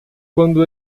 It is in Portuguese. quando